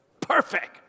perfect